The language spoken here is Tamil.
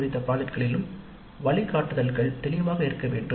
குறித்த ப்ராஜெக்ட் களிலும் வழிகாட்டுதல்கள் தெளிவாக இருக்க வேண்டும்